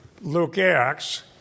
Luke-Acts